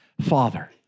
Father